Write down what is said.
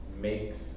makes